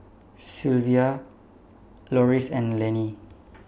Sylvia Loris and Laney